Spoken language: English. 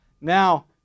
Now